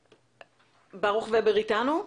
ברוך ובר איתנו?